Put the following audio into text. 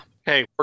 Hey